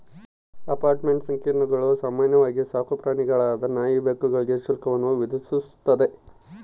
apartment ಸಂಕೀರ್ಣಗಳು ಸಾಮಾನ್ಯ ಸಾಕುಪ್ರಾಣಿಗಳಾದ ನಾಯಿ ಬೆಕ್ಕುಗಳಿಗೆ ಶುಲ್ಕವನ್ನು ವಿಧಿಸ್ತದ